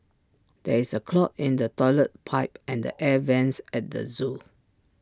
there is A clog in the Toilet Pipe and the air Vents at the Zoo